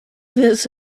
this